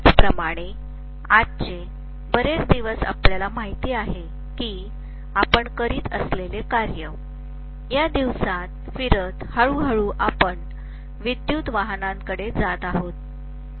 त्याचप्रमाणे आजचे बरेच दिवस आपल्याला माहित आहे की आपण करीत असलेले कार्य या दिवसांत फिरत हळू हळू आम्ही विद्युत वाहनात जात आहोत